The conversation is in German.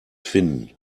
finden